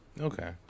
Okay